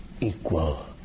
equal